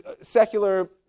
secular